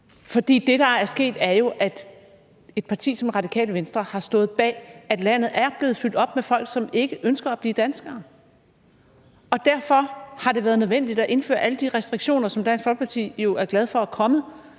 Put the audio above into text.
For det, der er sket, er jo, at et parti som Det Radikale Venstre har stået bag, at landet er blevet fyldt op med folk, som ikke ønsker at blive danskere, og derfor har det været nødvendigt at indføre alle de restriktioner, som Dansk Folkeparti er glad for er kommet.